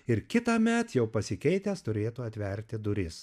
ir kitąmet jau pasikeitęs turėtų atverti duris